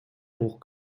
hoch